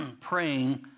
praying